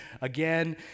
again